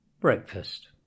breakfast